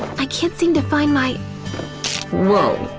i can't seem to find my woah,